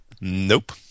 Nope